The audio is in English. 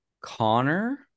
Connor